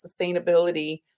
sustainability